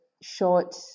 short